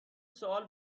سوال